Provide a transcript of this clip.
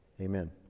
Amen